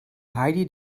heidi